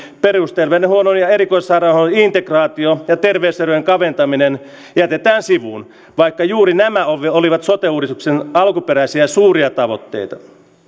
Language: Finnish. perusterveydenhoidon ja erikoissairaanhoidon integraatio ja terveyserojen kaventaminen jätetään sivuun vaikka juuri nämä olivat sote uudistuksen alkuperäisiä suuria tavoitteita